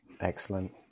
Excellent